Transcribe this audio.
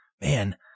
man